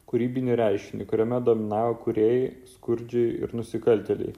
kūrybinį reiškinį kuriame dominavo kūrėjai skurdžiai ir nusikaltėliai